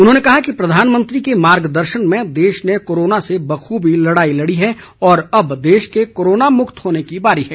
उन्होंने कहा कि प्रधानमंत्री के मार्ग दर्शन में देश ने कोरोना से बाखुबी लड़ाई लड़ी है और अब देश के कोरोनामुक्त होने की बारी है